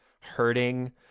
hurting